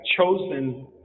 chosen